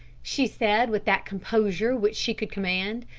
she said with that composure which she could command.